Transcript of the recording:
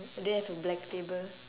do you have a black table